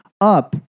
up